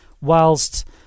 whilst